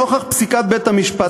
נוכח פסיקת בית-המשפט העליון,